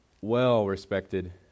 well-respected